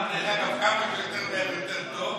מהדוכן דרך אגב, כמה שיותר מהר יותר טוב,